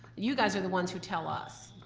you guys are the ones who tell us.